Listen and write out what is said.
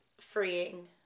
freeing